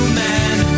man